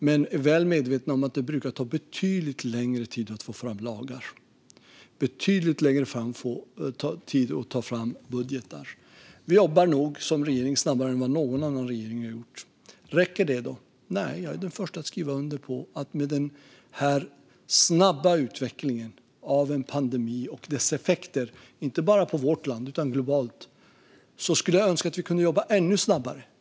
Men vi är väl medvetna om att det brukar ta betydligt längre tid att ta fram lagar och betydligt längre tid att ta fram budgetar. Vi jobbar nog snabbare som regering än vad någon annan regering har gjort. Räcker det? Nej, jag är den första att skriva under på att man med den snabba utvecklingen av en pandemi och dess effekter - inte bara på vårt land utan även globalt - skulle önska att vi kunde jobba ännu snabbare.